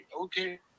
okay